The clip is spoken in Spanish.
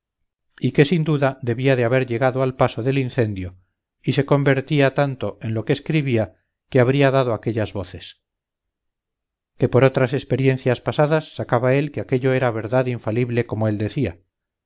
y que sin duda debía de haber llegado al paso del incendio y se convertía tanto en lo que escribía que habría dado aquellas voces que por otras experiencias pasadas sacaba él que aquello era verdad infalible como él decía